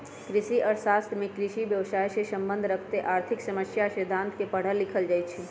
कृषि अर्थ शास्त्र में कृषि व्यवसायसे सम्बन्ध रखैत आर्थिक समस्या आ सिद्धांत के पढ़ल लिखल जाइ छइ